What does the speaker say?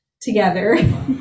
together